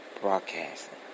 broadcasting